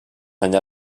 enllà